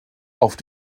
auf